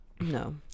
No